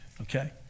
okay